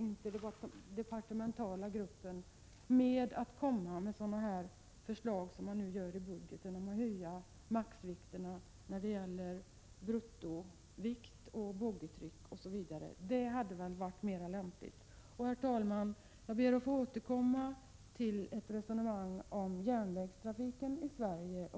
interdepartementala gruppen, innan ni kommer med sådana förslag som framförs i budgeten om att höja maximum för bruttovikt, boggitryck osv.? Det hade varit mera lämpligt. Herr talman! Jag ber att få återkomma med ett resonemang om järnvägstrafiken i Sverige